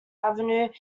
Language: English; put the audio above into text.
avenue